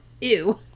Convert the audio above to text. ew